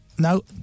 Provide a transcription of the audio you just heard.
No